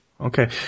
Okay